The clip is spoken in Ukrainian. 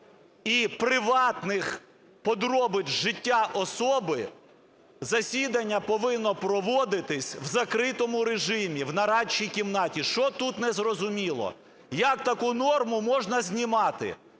і приватних подробиць життя особи, засідання повинно проводитися в закритому режимі в нарадчій кімнаті. Що тут не зрозуміло? Як таку норму можна знімати?